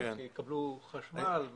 שגרמו לכל אותן תקלות חוזרות